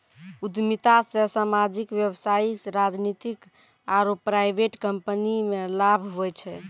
उद्यमिता से सामाजिक व्यवसायिक राजनीतिक आरु प्राइवेट कम्पनीमे लाभ हुवै छै